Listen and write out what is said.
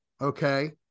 Okay